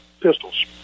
pistols